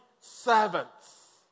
servants